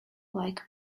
like